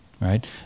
Right